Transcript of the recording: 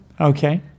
okay